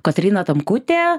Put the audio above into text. kotryna tamkutė